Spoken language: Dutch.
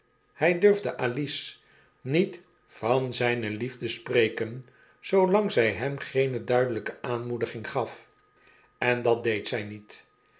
hy durfde alice niet van zijne liefde spreken zoolang ztj hem geene duideiyke aanmoediging gaf en dat deed zij niet